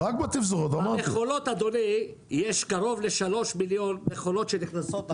במכולות יש כ-3 מיליון שנכנסות.